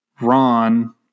Ron